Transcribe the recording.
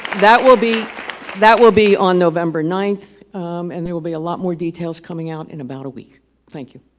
that will be that will be on november ninth and there will be a lot more details coming out in about a week thank you